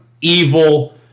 evil